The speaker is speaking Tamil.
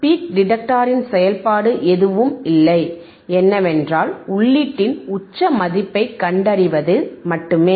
எனவே பீக் டிடெக்டரின் செயல்பாடு எதுவும் இல்லை என்னவென்றால் உள்ளீட்டின் உச்ச மதிப்பைக் கண்டறிவது மட்டுமே